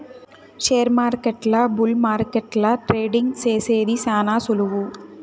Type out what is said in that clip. షేర్మార్కెట్ల బుల్ మార్కెట్ల ట్రేడింగ్ సేసేది శాన సులువు